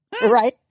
Right